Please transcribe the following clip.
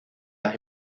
las